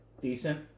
decent